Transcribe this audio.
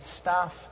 staff